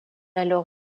alors